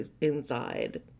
inside